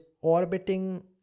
orbiting